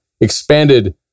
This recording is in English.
expanded